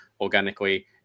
organically